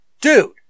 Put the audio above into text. dude